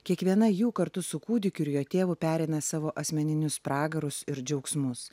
kiekviena jų kartu su kūdikiu ir jo tėvu pereina savo asmeninius pragarus ir džiaugsmus